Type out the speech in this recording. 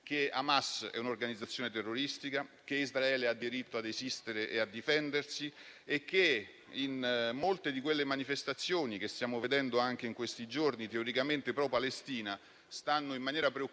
che Hamas è un'organizzazione terroristica, che Israele ha diritto ad esistere e a difendersi e che in molte di quelle manifestazioni che stiamo vedendo anche in questi giorni teoricamente *pro* Palestina stanno in maniera preoccupante